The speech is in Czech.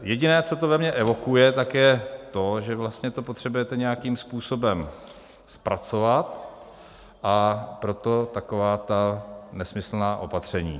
Jediné, co to ve mě evokuje, tak je to, že vlastně to potřebujete nějakým způsobem zpracovat, a proto takováto nesmyslná opatření.